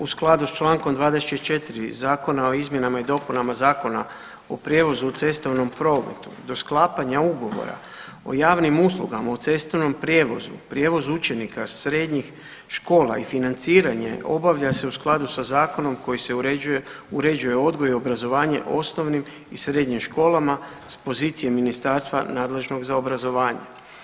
U skladu s čl. 24 Zakona o izmjenama i dopunama Zakona o prijevozu u cestovnom prometu, do sklapanja ugovora o javnim uslugama u cestovnom prijevozu, prijevozu učenika, srednjih škola i financiranje obavlja se u skladu sa zakonom koji se uređuje odgoj, obrazovanje osnovnim i srednjim školama s pozicija ministarstva nadležnog za obrazovanje.